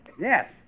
Yes